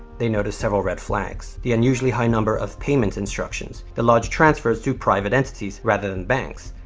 they noticed several red flags. the unusually high number of payment instructions, the large transfers to private entities rather than banks,